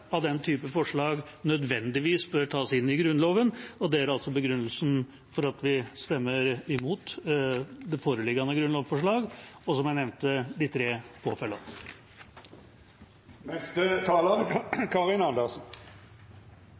av den type forslag nødvendigvis bør tas inn i Grunnloven. Det er begrunnelsen for at vi stemmer imot det foreliggende grunnlovsforslag og – som jeg nevnte – de tre